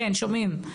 כן, שומרים.